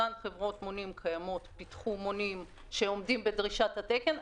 אותן חברות מונים קיימות פיתחו מונים שעומדים בדרישת התקן.